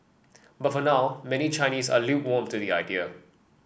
but for now many Chinese are lukewarm to the idea